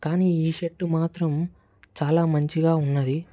కానీ ఈ షర్ట్ మాత్రం చాలా మంచిగా ఉంది